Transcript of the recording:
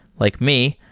like me,